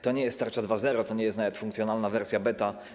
To nie jest tarcza 2.0, to nie jest nawet funkcjonalna wersja beta.